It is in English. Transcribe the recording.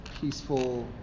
peaceful